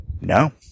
No